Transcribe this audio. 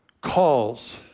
calls